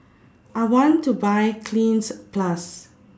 I want to Buy Cleanz Plus